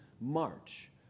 march